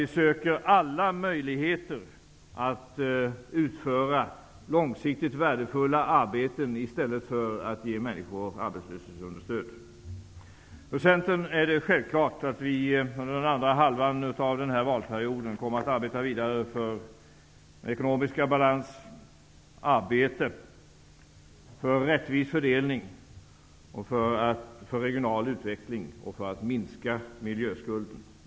Vi söker alla möjligheter att ge långsiktiga värdefulla arbetsuppgifter i stället för att ge människor arbetslöshetsunderstöd. Det är självklart att vi under den andra halvan av den här valperioden kommer att arbeta vidare för ekonomisk balans, arbete, rättvis fördelning, regional utveckling och för att minska miljöskulden.